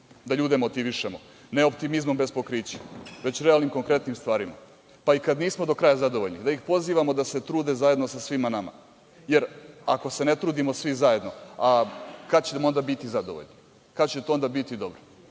da ljude motivišemo. Ne optimizmom bez pokrića, već realnim, konkretnim stvarima, pa i kada nismo do kraja zadovoljni, da ih pozivamo da se trude zajedno sa svima nama, jer ako se ne trudimo svi zajedno kada ćemo onda biti zadovoljni, kada će onda biti dobro